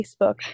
facebook